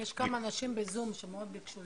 יש כמה אנשים בזום שמאוד ביקשו לדבר.